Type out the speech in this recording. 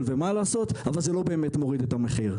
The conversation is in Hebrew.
ומה לעשות ,אבל זה לא באמת מוריד את המחיר.